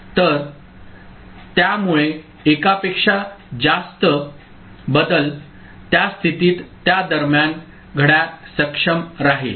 तर त्यामुळे एकापेक्षा जास्त बदल त्या स्थितीत त्या दरम्यान घड्याळ सक्षम राहील